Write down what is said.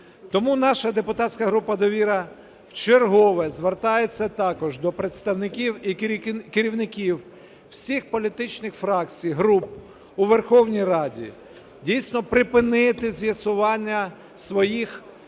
Тому наша депутатська група "Довіра" вчергове звертається також до представників і керівників всіх політичних фракцій і груп у Верховній Раді дійсно припинити з'ясування своїх